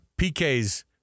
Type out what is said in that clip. PK's